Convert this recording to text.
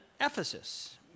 Ephesus